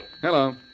Hello